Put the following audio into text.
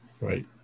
right